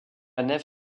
nef